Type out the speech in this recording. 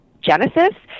genesis